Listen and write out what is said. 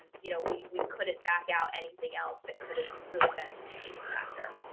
and you know, we we couldn't back out anything else that could have really been a contributing factor.